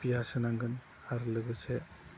फियास होनांगोन आरो लोगोसे